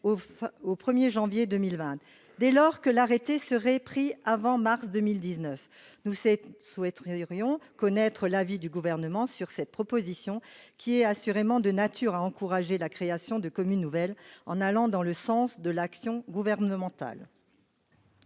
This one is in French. au 1 janvier 2020, dès lors que l'arrêté serait pris avant mars 2019. Nous souhaiterions connaître l'avis du Gouvernement sur cette proposition, qui est assurément de nature à encourager la création de communes nouvelles, en allant dans le sens de l'action gouvernementale.